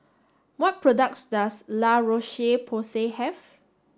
what products does La Roche Porsay have